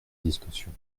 discussion